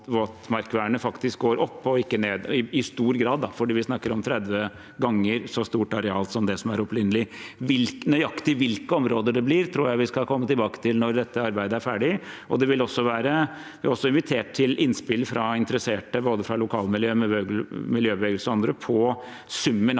faktisk går opp og ikke ned, i stor grad, fordi vi snakker om 30 ganger så stort areal som det som var opprinnelig. Nøyaktig hvilke områder det blir, tror jeg vi skal komme tilbake til når dette arbeidet er ferdig. Det vil også bli invitert til innspill fra interesserte, fra både lokalmiljøet, miljøbevegelsen og andre, om summen av